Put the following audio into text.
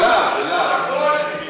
ב"להב".